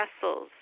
vessels